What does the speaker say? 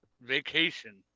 vacation